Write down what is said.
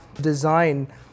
design